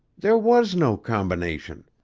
there was no combination.